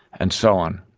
and so on,